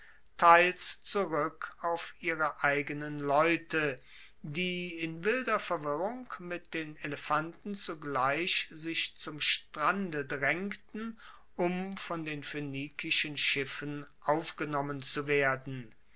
teils zurueck auf ihre eigenen leute die in wilder verwirrung mit den elefanten zugleich sich zum strande draengten um von den phoenikischen schiffen aufgenommen zu werden